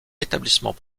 établissement